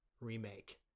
remake